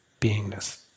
beingness